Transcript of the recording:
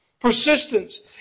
Persistence